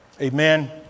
Amen